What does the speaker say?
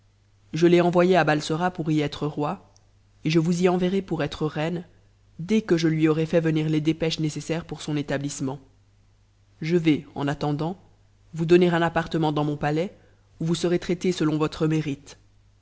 je t'ai envoyé à batsora pour y être roi et je vous y enverrai pour être reine dès que je lui aura fait venir tes dépêches nécessaires pour son étabtissement je vais en at tendant vous donner un appartement dans mon palais où vous serez trai lée selon votre mérite